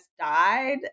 died